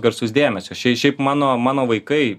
garsus dėmesio šiai šiaip mano mano vaikai